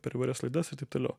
per įvairias laidas ir taip toliau